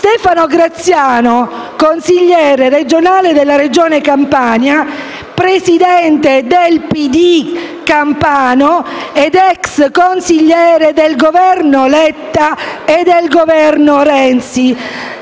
Stefano Graziano, consigliere regionale della Regione Campania, Presidente del PD campano ed ex consigliere del Governo Letta e del Governo Renzi.